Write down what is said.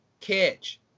catch